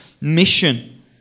mission